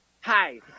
Hi